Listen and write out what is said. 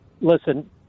Listen